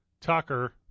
Tucker